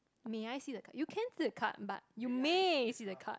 may I see the card you can see the card but you may see the card